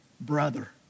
brother